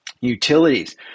Utilities